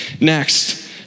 next